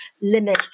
limit